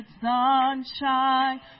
sunshine